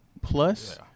plus